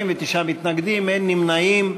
49 מתנגדים, אין נמנעים.